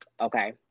Okay